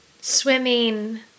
swimming